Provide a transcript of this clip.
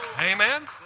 Amen